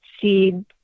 seed